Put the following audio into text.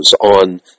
on